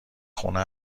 خونه